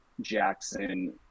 Jackson